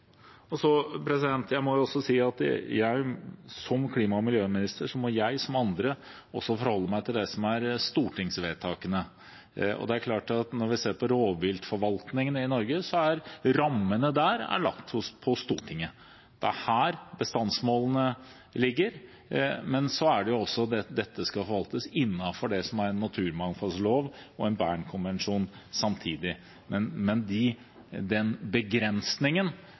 Jeg må også si at som klima- og miljøminister må jeg som andre forholde meg til det som er stortingsvedtakene, og når vi ser på rovviltforvaltningen i Norge, er rammene der lagt på Stortinget. Det er her bestandsmålene ligger, men dette skal jo samtidig forvaltes innenfor naturmangfoldloven og Bernkonvensjonen. Men den begrensningen som interpellanten framhevet, er vedtak fra Stortinget, og dem må jeg selvfølgelig forholde meg til. Det holder ikke lenger å stoppe det som er en